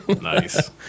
Nice